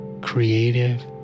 creative